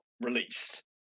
released